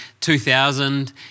2000